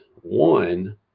One